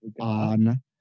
on